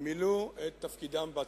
מילאו את תפקידם בהצלחה.